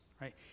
right